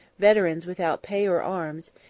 veterans without pay or arms,